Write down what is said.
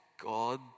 God